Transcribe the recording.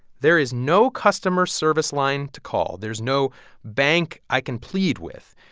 there is no customer service line to call. there's no bank i can plead with.